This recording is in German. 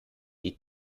die